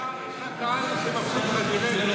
תראה איך הוא מבסוט, כפיים.